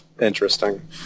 interesting